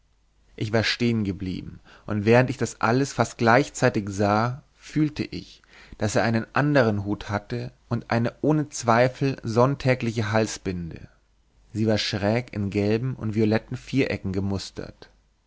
ich war stehngeblieben und während ich das alles fast gleichzeitig sah fühlte ich daß er einen anderen hut hatte und eine ohne zweifel sonntägliche halsbinde sie war schräg in gelben und violetten vierecken gemustert